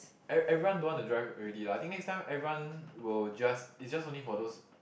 every everyone don't want to drive already lah I think next time everyone will just is just only for those